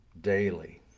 daily